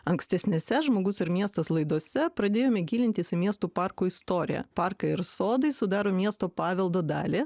ankstesnėse žmogus ir miestas laidose pradėjome gilintis į miestų parkų istoriją parkai ir sodai sudaro miesto paveldo dalį